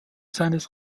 seines